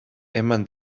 eman